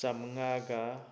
ꯆꯥꯃꯉꯥꯒ